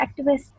activists